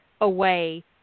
away